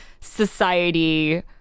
society